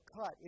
cut